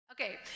Okay